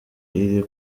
iri